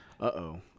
Uh-oh